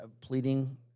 pleading